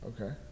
Okay